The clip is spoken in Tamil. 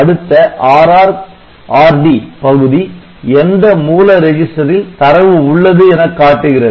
அடுத்த 'RrRd' பகுதி எந்த மூல ரிஜிஸ்டரில் தரவு உள்ளது எனக் காட்டுகிறது